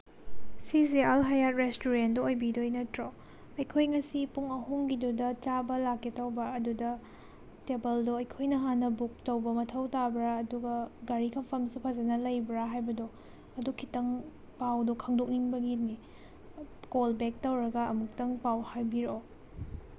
ꯁꯤꯁꯦ ꯑꯜꯍꯌꯥꯠ ꯔꯦꯁꯇꯨꯔꯦꯟꯗꯣ ꯑꯣꯏꯕꯤꯗꯣꯏ ꯅꯠꯇ꯭ꯔꯣ ꯑꯩꯈꯣꯏ ꯉꯁꯤ ꯄꯨꯡ ꯑꯍꯨꯝꯒꯤꯗꯨꯗ ꯆꯥꯕ ꯂꯥꯛꯀꯦ ꯇꯧꯕ ꯑꯗꯨꯗ ꯇꯦꯕꯜꯗꯣ ꯑꯩꯈꯣꯏꯅ ꯍꯥꯟꯅ ꯕꯨꯛ ꯇꯧꯕ ꯃꯊꯧ ꯇꯥꯕꯔ ꯑꯗꯨꯒ ꯒꯥꯔꯤ ꯊꯝꯐꯝꯁꯨ ꯐꯖꯟꯅ ꯂꯩꯕꯔ ꯍꯥꯏꯕꯗꯣ ꯑꯗꯨ ꯈꯤꯇꯪ ꯄꯥꯎꯗꯣ ꯈꯪꯗꯣꯛꯅꯤꯡꯕꯒꯤꯅꯤ ꯀꯣꯜ ꯕꯦꯛ ꯇꯧꯔꯒ ꯑꯃꯨꯛꯇꯪ ꯄꯥꯎ ꯍꯥꯏꯕꯤꯔꯛꯑꯣ